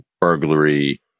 burglary